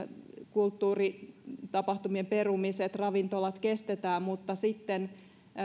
kulttuuritapahtumien perumiset ravintoloiden rajoitukset kestetään mutta